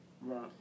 Right